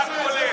מה כולל?